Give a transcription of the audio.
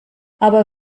aber